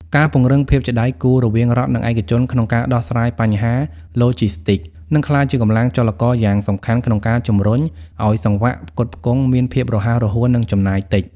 ការពង្រឹងភាពជាដៃគូរវាងរដ្ឋ និងឯកជនក្នុងការដោះស្រាយបញ្ហាឡូជីស្ទីក នឹងក្លាយជាកម្លាំងចលករយ៉ាងសំខាន់ក្នុងការជំរុញឱ្យសង្វាក់ផ្គត់ផ្គង់មានភាពរហ័សរហួន និងចំណាយតិច។